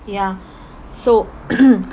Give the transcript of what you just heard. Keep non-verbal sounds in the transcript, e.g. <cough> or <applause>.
ya so <coughs>